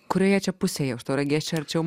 kurie čia pusėje tauragės arčiau